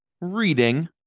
reading